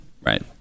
Right